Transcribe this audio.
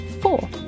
four